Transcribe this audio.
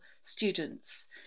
students